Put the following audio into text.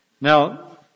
Now